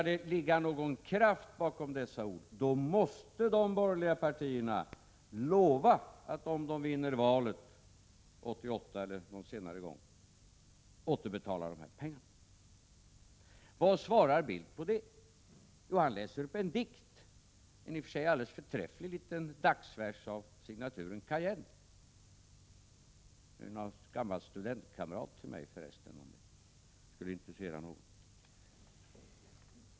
Om det skall bli någon kraft bakom dessa ord, då måste de borgerliga partierna lova att återbetala dessa pengar om de vinner valet 1988 eller vid ett senare tillfälle. Vad svarar Bildt på det? Jo, han läser upp en dikt, en i och för sig förträfflig liten dagsvers av signaturen Kajenn — han är för resten gammal studentkamrat till mig, om det skulle intressera någon.